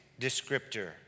descriptor